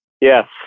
yes